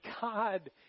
God